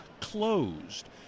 closed